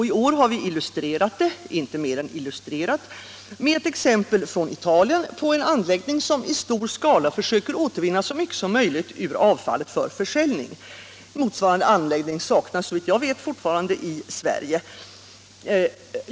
I år har vi illustrerat det — inte mer än illustrerat — med ett exempel från Italien på en anläggning som i stor skala försöker återvinna så mycket som möjligt ur avfallet för försäljning. Motsvarande anläggning saknas såvitt jag vet fortfarande i Sverige.